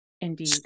Indeed